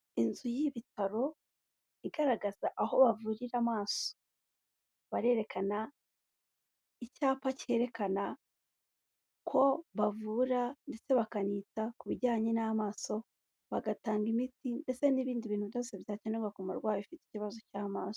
Inzu y'ibitaro, igaragaza aho bavurira amaso, barerekana icyapa cyerekana ko bavura ndetse bakanita ku bijyanye n'amaso, bagatanga imiti ndetse n'ibindi bintu byose bidakenerwa ku umurwayi ufifite ikibazo cy'amaso.